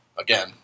again